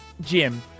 Jim